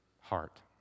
heart